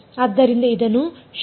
ಆದ್ದರಿಂದ ಇದನ್ನು ಶೇಷ ಎಂದೂ ಕರೆಯುತ್ತಾರೆ